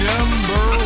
Number